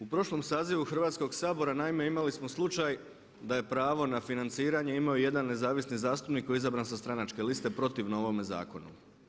U prošlom sazivu Hrvatskoga sabora naime imali smo slučaj da je pravo na financiranje imao jedan nezavisni zastupnik koji je izabran sa stranačke liste protivno ovome zakonu.